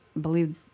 believe